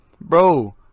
bro